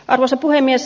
arvoisa puhemies